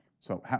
so,